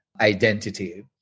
identity